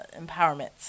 empowerment